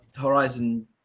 Horizon